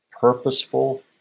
purposeful